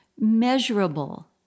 measurable